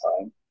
time